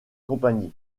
company